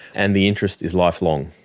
and the interest is lifelong.